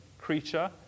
creature